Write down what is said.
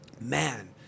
man